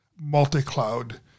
multi-cloud